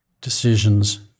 decisions